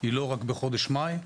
היא לא רק בחודש מאי.